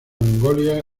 mongolia